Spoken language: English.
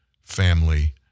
family